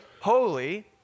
holy